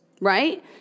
right